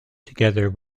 together